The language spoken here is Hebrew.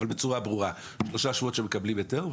אבל בצורה ברורה: שלושה שבועות שהם מקבלים היתר,